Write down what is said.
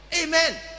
Amen